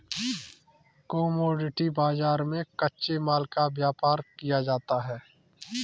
commodity बाजार में कच्चे माल का व्यापार किया जाता है